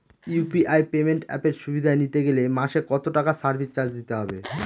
UPI payment অ্যাপের সুবিধা নিতে গেলে মাসে কত টাকা সার্ভিস চার্জ দিতে হবে?